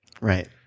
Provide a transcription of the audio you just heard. Right